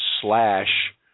slash